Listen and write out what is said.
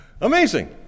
Amazing